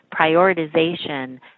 prioritization